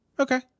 okay